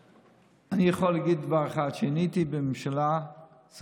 אני יכול להגיד דבר אחד: כשאני הייתי שר הבריאות